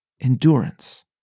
endurance